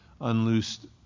unloosed